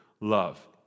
love